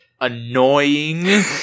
annoying